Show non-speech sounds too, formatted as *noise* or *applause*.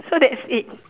so that's it *laughs*